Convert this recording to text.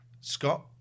Scott